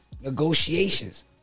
Negotiations